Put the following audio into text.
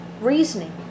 reasoning